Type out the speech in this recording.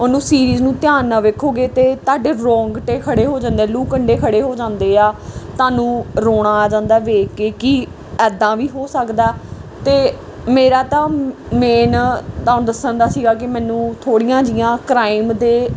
ਉਹਨੂੰ ਸੀਰੀਜ਼ ਨੂੰ ਧਿਆਨ ਨਾਲ ਵੇਖੋਗੇ ਤਾਂ ਤੁਹਾਡੇ ਰੌਂਗਟੇ ਖੜ੍ਹੇ ਹੋ ਜਾਂਦੇ ਲੂ ਕੰਡੇ ਖੜ੍ਹੇ ਹੋ ਜਾਂਦੇ ਆ ਤੁਹਾਨੂੰ ਰੋਣਾ ਆ ਜਾਂਦਾ ਵੇਖ ਕੇ ਕਿ ਇੱਦਾਂ ਵੀ ਹੋ ਸਕਦਾ ਅਤੇ ਮੇਰਾ ਤਾਂ ਮੇਨ ਤੁਹਾਨੂੰ ਦੱਸਣ ਦਾ ਸੀਗਾ ਕਿ ਮੈਨੂੰ ਥੋੜ੍ਹੀਆਂ ਜਿਹੀਆਂ ਕ੍ਰਾਈਮ ਦੇ